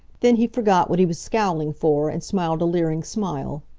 then he forgot what he was scowling for, and smiled a leering smile.